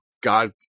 God